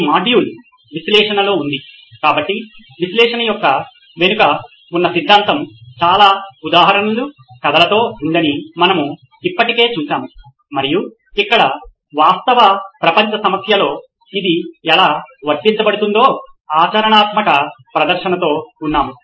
ఈ మాడ్యూల్ విశ్లేషణలో ఉంది కాబట్టి విశ్లేషణ వెనుక ఉన్న సిద్ధాంతం చాలా ఉదాహరణలు కథలతో ఉందని మనము ఇప్పటికే చూశాము మరియు ఇక్కడ వాస్తవ ప్రపంచ సమస్యలో ఇది ఎలా వర్తించబడుతుందో ఆచరణాత్మక ప్రదర్శనతో ఉన్నాము